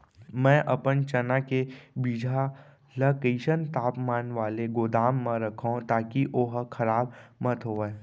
मैं अपन चना के बीजहा ल कइसन तापमान वाले गोदाम म रखव ताकि ओहा खराब मत होवय?